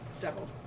Double